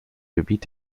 gebiet